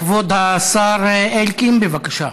כבוד השר אלקין, בבקשה.